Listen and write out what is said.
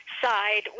side